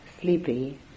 sleepy